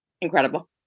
Incredible